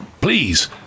Please